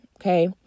okay